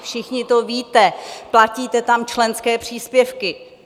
Všichni to víte, platíte tam členské příspěvky.